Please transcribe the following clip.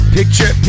picture